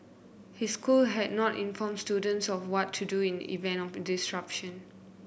his school had not informed students of what to do in event of a disruption